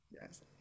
Yes